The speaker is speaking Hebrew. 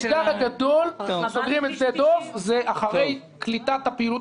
האתגר הגדול שסוגרים את שדה דב אחרי קליטת הפעילות